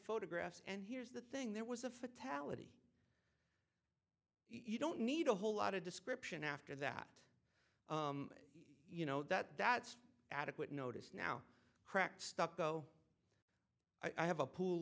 photographs and here's the thing there was a fatality you don't need a whole lot of description after that you know that that's adequate notice now cracked stucco i have a pool